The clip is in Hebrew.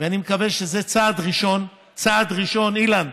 ואני מקווה שזה צעד ראשון, צעד ראשון, אילן,